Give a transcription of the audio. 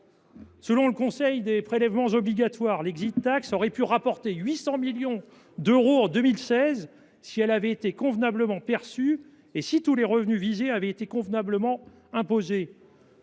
Selon le Conseil des prélèvements obligatoires, l’ aurait pu rapporter 800 millions d’euros en 2016 si elle avait été convenablement perçue et si tous les revenus visés avaient été convenablement imposés.